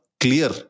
clear